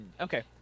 okay